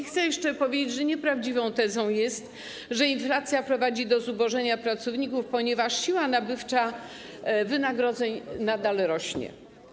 Chcę jeszcze powiedzieć, że nieprawdziwa jest teza, że inflacja prowadzi do zubożenia pracowników, ponieważ siła nabywcza wynagrodzeń nadal rośnie.